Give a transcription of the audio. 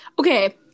Okay